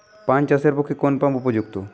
পান চাষের পক্ষে কোন পাম্প উপযুক্ত?